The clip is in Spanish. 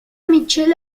mitchell